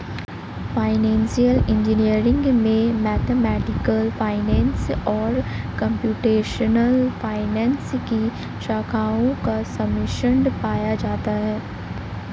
financial engineering में mathematical finance और computational finance की शाखाओं का सम्मिश्रण पाया जाता है